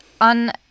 on